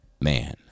man